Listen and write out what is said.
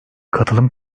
katılım